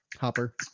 Hopper